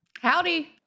howdy